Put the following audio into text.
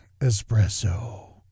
espresso